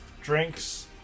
drinks